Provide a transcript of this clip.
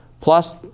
Plus